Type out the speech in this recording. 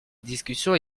discussion